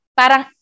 parang